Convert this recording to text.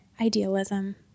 idealism